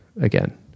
again